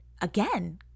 again